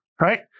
right